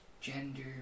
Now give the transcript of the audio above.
gender